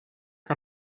que